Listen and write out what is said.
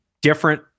different